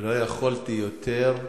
ולא יכולתי יותר,